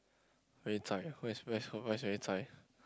very zai what's what's what's very zai